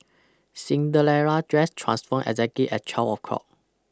Cinderella's dress transformed exactly at twelve o' clock